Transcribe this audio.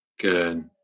Good